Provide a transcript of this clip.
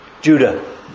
Judah